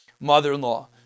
mother-in-law